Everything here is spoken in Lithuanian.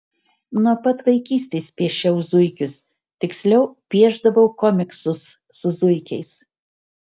nuo pat vaikystės piešiau zuikius tiksliau piešdavau komiksus su zuikiais